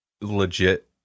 legit